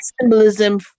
symbolism